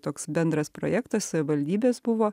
toks bendras projektas savivaldybės buvo